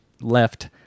left